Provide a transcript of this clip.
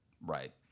Right